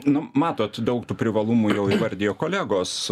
nu matot daug tų privalumų įvardijo kolegos